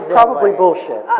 probably bullshit.